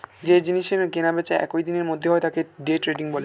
যেই জিনিসের কেনা বেচা একই দিনের মধ্যে হয় তাকে ডে ট্রেডিং বলে